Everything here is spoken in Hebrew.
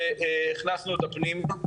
והכנסנו אותה פנימה.